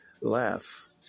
laugh